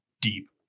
deep